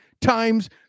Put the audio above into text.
times